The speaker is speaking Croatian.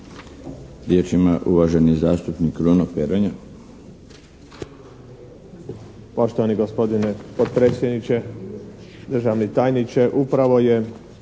Riječ ima uvaženi zastupnik Kruno Peronja.